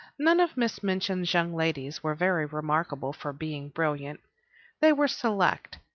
none of miss minchin's young ladies were very remarkable for being brilliant they were select,